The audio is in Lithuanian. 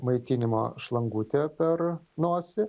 maitinimo šlangutė per nosį